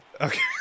Okay